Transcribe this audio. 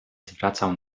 zwracał